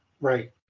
right